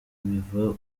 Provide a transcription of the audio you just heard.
biva